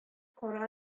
кара